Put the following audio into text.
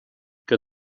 que